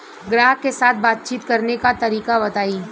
ग्राहक के साथ बातचीत करने का तरीका बताई?